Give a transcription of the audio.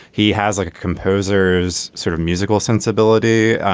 he has like a composer's sort of musical sensibility.